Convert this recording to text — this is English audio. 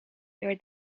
where